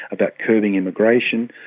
about curbing immigration,